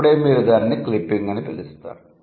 అప్పుడే మీరు దానిని క్లిప్పింగ్ అని పిలుస్తారు